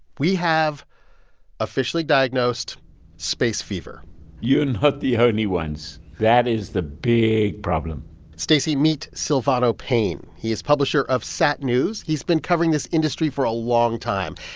we have officially diagnosed space fever you're and not the only ones. that is the big problem stacey, meet silvano payne. he is publisher of satnews. he's been covering this industry for a long time.